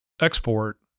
export